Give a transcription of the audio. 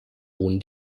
wohnen